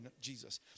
Jesus